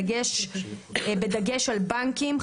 בדגש על בנקים,